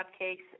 cupcakes